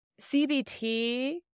CBT